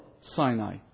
Sinai